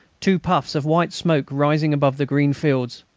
two puffs of white smoke rising above the green fields!